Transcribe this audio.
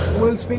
was